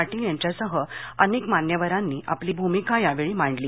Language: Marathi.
पाटील यांच्यासह अनेक मान्यवरांनी आपली भूमिका यावेळी मांडली